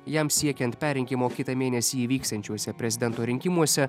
jam siekiant perrinkimo kitą mėnesį įvyksiančiuose prezidento rinkimuose